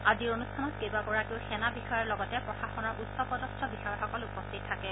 আজিৰ অনুষ্ঠানত কেইবাগৰাকীও সেনা বিষয়াৰ লগতে প্ৰশাসনৰ উচ্চ পদস্থ বিষয়াসকল উপস্থিত থাকে